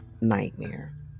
nightmare